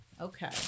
Okay